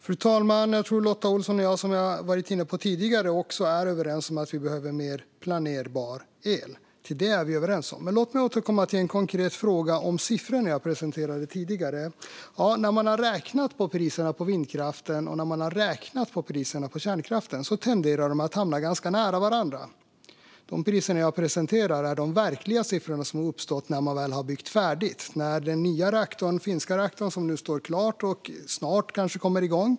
Fru talman! Som jag har varit inne på tidigare tror jag att Lotta Olsson och jag är överens om att vi behöver mer planerbar el. Men låt mig återkomma till en konkret fråga om siffrorna jag presenterade tidigare. När man har räknat på priserna för vindkraften och kärnkraften tenderar de att hamna ganska nära varandra. De priser jag presenterar är de verkliga siffrorna som har uppstått när man väl har byggt färdigt. Den nya finska reaktorn står klar och kommer kanske snart igång.